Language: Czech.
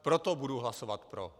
Proto budu hlasovat pro.